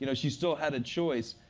you know she still had a choice.